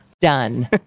done